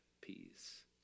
peace